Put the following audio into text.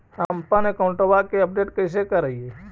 हमपन अकाउंट वा के अपडेट कैसै करिअई?